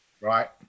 Right